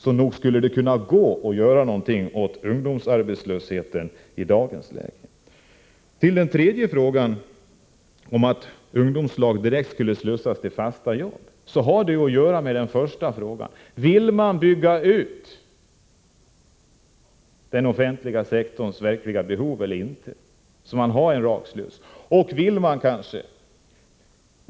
Så nog skulle det kunna gå att göra någonting åt ungdomsarbetslösheten i dagens läge. Den tredje frågan, som gällde att de som arbetar i ungdomslag direkt skulle kunna slussas till fasta jobb, har att göra med den första frågan. Vill man bygga ut den offentliga sektorn i enlighet med de verkliga behoven — så att man får en direkt sluss — eller inte?